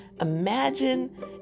imagine